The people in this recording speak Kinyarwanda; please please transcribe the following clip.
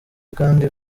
kandi